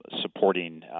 supporting